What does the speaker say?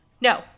no